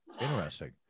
Interesting